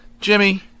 Jimmy